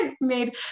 made